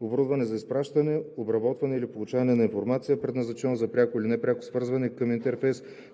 оборудване за изпращане, обработване или получаване на информация, предназначено за пряко или непряко свързване към интерфейс